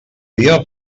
dia